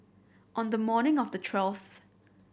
on the morning of the twelfth